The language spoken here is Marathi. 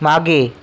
मागे